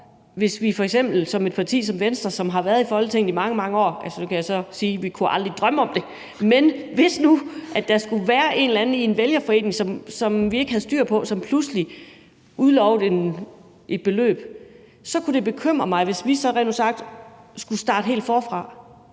vil vi f.eks. som et parti som Venstre, som har været i Folketinget i mange, mange år, blive ramt hårdere. Nu kan jeg så sige, at vi aldrig kunne drømme om at gøre det, men hvis nu der skulle være en eller anden i en vælgerforening, som vi ikke havde styr på, som pludselig udlovede et beløb, så kunne det bekymre mig, hvis vi rent ud sagt skulle starte helt forfra.